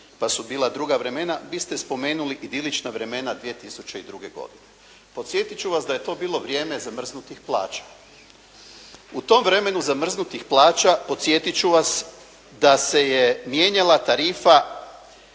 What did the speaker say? pa su bila druga vremena, vi ste spomenuli idilična vremena 2002. godine. Podsjetit ću vas da je to bilo vrijeme zamrznutih plaća. U tom vremenu zamrznutih plaća podsjetit ću vas da se je mijenjala tarifa